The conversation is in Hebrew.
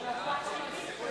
נתקבלו.